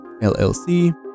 LLC